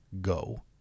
go